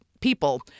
people